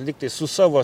lygtai su savo